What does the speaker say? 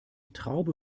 traube